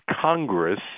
Congress